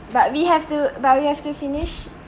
but we have to but we have to finish